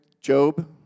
Job